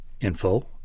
info